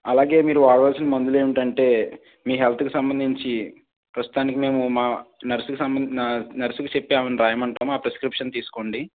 అలాగే మీరు వాడవలసిన మందులు ఏంటంటే మీ హెల్త్కు సంబంధించి ప్రస్తుతానికి మేము మా నర్సుకు సంబంధించి నర్సుకు చెప్పి ఆవిడని రాయమంటాము ఆ ప్రిస్క్రిప్షన్ తీసుకోండి